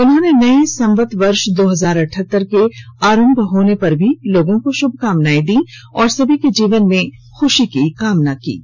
उन्होंने नये संवत वर्ष दो हजार अठहतर के आरंभ होने पर भी लोगों को शुभकामनाएं दी है और सभी के जीवन में खुशी की कामना की है